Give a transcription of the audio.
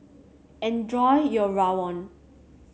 enjoy your rawon